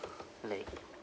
like